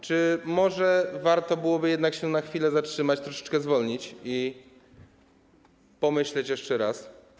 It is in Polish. Czy może warto byłoby jednak na chwilę się zatrzymać, troszeczkę zwolnić i przemyśleć to jeszcze raz?